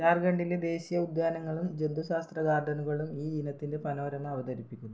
ജാർഖ്ണ്ഡിലെ ദേശീയ ഉദ്യാനങ്ങളും ജന്തുശാസ്ത്ര ഗാർഡനുകളും ഈ ഇനത്തിന്റെ പനോരമ അവതരിപ്പിക്കുന്നു